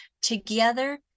Together